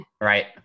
Right